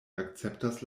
akceptas